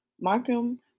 Markham